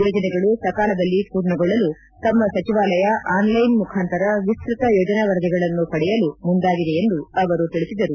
ಯೋಜನೆಗಳು ಸಕಾಲದಲ್ಲಿ ಪೂರ್ಣಗೊಳ್ಳಲು ತಮ್ಮ ಸಚಿವಾಲಯ ಆನ್ಲೈನ್ ಮುಖಾಂತರ ವಿಸ್ತತ ಯೋಜನಾ ವರದಿಗಳನ್ನು ಪಡೆಯಲು ಮುಂದಾಗಿದೆ ಎಂದು ಅವರು ತಿಳಿಸಿದರು